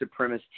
supremacist